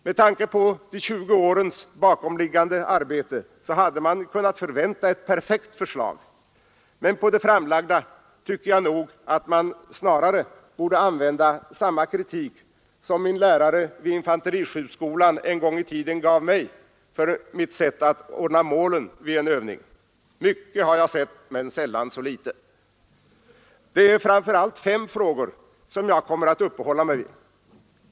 Med tanke på de 20 årens bakomliggande arbete hade man kunnat förvänta ett perfekt förslag, men på det framlagda tycker jag nog att man snarare borde använda samma kritik som min lärare vid infanteriskjutskolan en gång i tiden gav mig för mitt sätt att ordna målen vid en övning: Mycket har jag sett men sällan så litet. Det är framför allt fem frågor som jag kommer att uppehålla mig vid.